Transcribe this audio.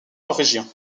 norvégien